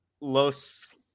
Los